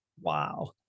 wow